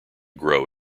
grow